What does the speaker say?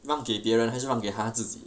让给别人还是让给她自己